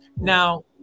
Now